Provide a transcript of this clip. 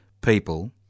people